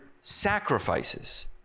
sacrifices